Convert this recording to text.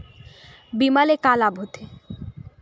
बीमा ले का लाभ होथे?